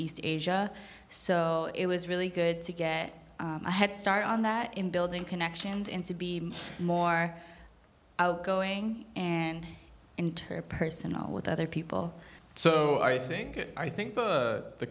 east asia so it was really good to get a head start on that in building connections into be more outgoing and interpersonal with other people so i think i think the